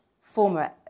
former